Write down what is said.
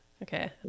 Okay